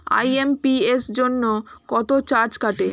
IMPS জন্য কত charge কাটে?